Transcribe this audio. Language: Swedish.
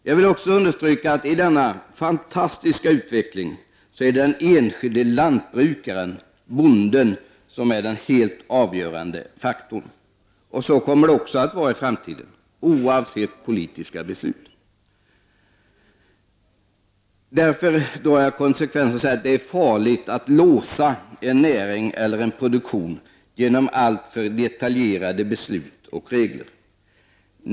Jag vill också understryka att i denna fantastiska utveckling är den enskilde lantbrukaren, bonden, den helt avgörande faktorn. Så kommer det också att vara i framtiden, oavsett politiska beslut. I konsekvens därmed är det farligt att låsa en näring eller en produktion genom alltför detaljerade beslut och regler.